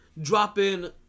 dropping